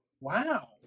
Wow